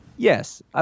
Yes